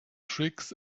tricks